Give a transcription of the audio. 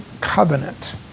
covenant